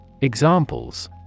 Examples